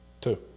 Two